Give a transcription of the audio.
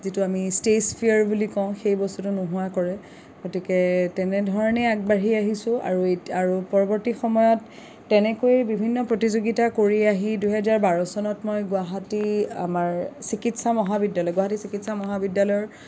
যিটো আমি stage fear বুলি কওঁ সেই বস্তুটো নোহোৱা কৰে গতিকে তেনেধৰণে আগবাঢ়ি আহিছোঁ আৰু আৰু পৰৱৰ্তী সময়ত তেনেকৈয়ে বিভিন্ন প্ৰতিযোগিতা কৰি আহি দুহেজাৰ বাৰ চনত মই গুৱাহাটী আমাৰ চিকিৎসা মহাবিদ্যালয় গুৱাহাটী চিকিৎসা মহাবিদ্যালয়ৰ